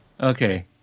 Okay